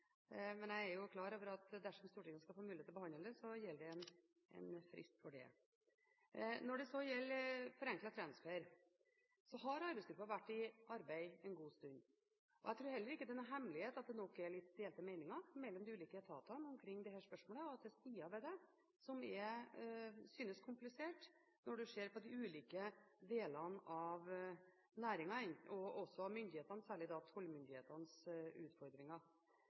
men jeg kan fortsatt ikke forskottere akkurat når meldingen kommer. Jeg er klar over at dersom Stortinget skal få mulighet til å behandle den, gjelder det en frist for det. Når det så gjelder forenklet transfer, har arbeidsgruppen vært i arbeid en god stund. Jeg tror heller ikke det er noen hemmelighet at det nok er litt delte meninger mellom de ulike etatene omkring dette spørsmålet, og at det er sider ved det som synes komplisert når du ser på de ulike delene av næringens og myndighetenes – særlig tollmyndighetenes – utfordringer.